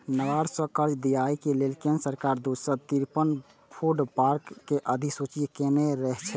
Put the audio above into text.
नाबार्ड सं कर्ज दियाबै लेल केंद्र सरकार दू सय तिरेपन फूड पार्क कें अधुसूचित केने छै